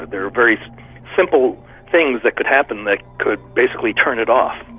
there are very simple things that could happen that could basically turn it off,